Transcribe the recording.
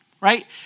right